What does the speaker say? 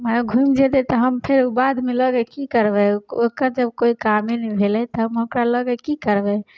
मरे घुमि जेतै तऽ हम फेर ओ बादमे लऽके कि करबै ओ ओकर जब कोइ कामे नहि भेलै तब हम ओकरा लऽ कऽ कि करबै